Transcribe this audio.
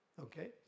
Okay